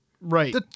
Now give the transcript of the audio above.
Right